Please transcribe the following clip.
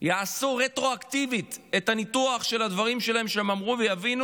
יעשו רטרואקטיבית את הניתוח של הדברים שהם אמרו ויבינו